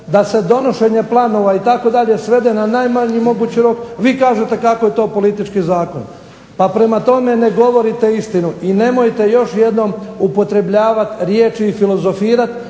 da se donošenje planova itd. svede na najmanji mogući rok vi kažete kako je to politički zakon. Pa prema tome ne govorite istinu i nemojte još jednom upotrebljavat riječi i filozofirat,